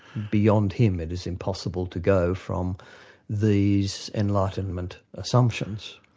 beyond him it is impossible to go from these enlightenment assumptions.